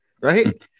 right